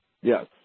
Yes